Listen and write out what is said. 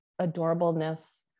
adorableness